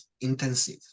intensive